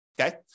okay